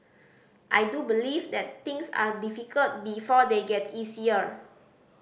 I do believe that things are difficult before they get easier